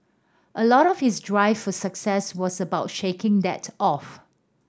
a lot of his drive for success was about shaking that off